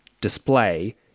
display